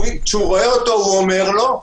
כשהוא רואה אותו, הוא אומר לו,